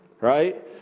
right